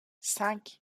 cinq